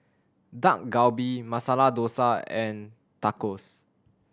Dak Galbi Masala Dosa and Tacos